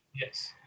Yes